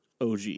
OG